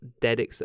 dead